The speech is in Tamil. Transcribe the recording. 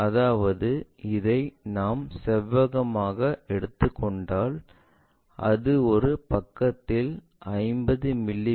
அதாவது இதை நாம் செவ்வகமாக எடுத்துக்கொண்டால் அது ஒரு பக்கத்தில் 50 மி